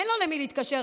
אין לו למי להתקשר.